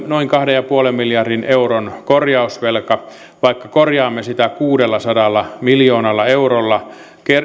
noin kahden pilkku viiden miljardin euron korjausvelka vaikka korjaamme sitä kuudellasadalla miljoonalla eurolla